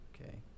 Okay